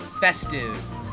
festive